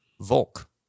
volk